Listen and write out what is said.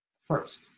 first